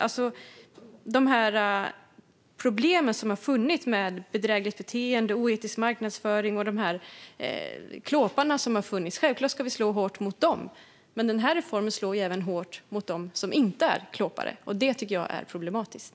När det gäller de problem som har funnits med bedrägligt beteende, oetisk marknadsföring och olika klåpare ska vi självklart slå hårt mot dem. Men den här reformen slår hårt även mot dem som inte är klåpare, och det tycker jag är problematiskt.